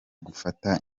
gufata